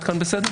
נכון לעשות,